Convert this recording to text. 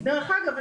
דרך אגב,